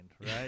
right